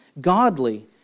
godly